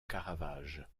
caravage